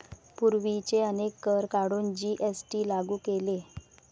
पूर्वीचे अनेक कर काढून जी.एस.टी लागू केले